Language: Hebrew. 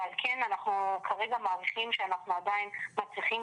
ועל כן אנחנו כרגע מעריכים שאנחנו עדיין מצליחים